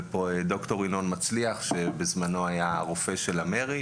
וד"ר ינון מצליח שהיה בזמנו הרופא של מר"י